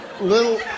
little